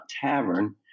Tavern